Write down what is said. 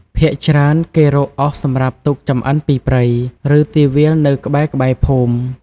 ភាគច្រើន គេរកអុសសម្រាប់ទុកចម្អិនពីព្រៃ ឬ ទីវាលនៅក្បែរៗភូមិ។